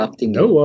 No